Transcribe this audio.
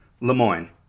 Lemoyne